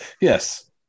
Yes